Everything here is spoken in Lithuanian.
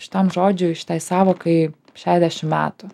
šitam žodžiui šitai sąvokai šiadešim metų